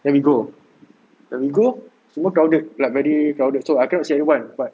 then we go and we go semua crowded like very crowded so I cannot see anyone but